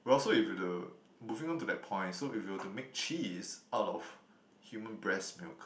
well so if you were to moving on to that point so if you were to make cheese out of human breast milk